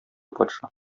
патша